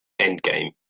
Endgame